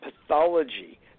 pathology